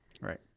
Right